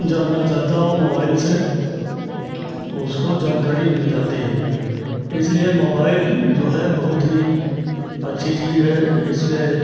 जानना चाहता हो मोबाइल से उसको जानकारी मिल जाती है इसलिए मोबाइल जो है बहुत ही अच्छी चीज़ है इसमें